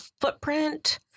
footprint